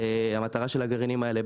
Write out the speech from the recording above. המטרה של הגרעינים האלה,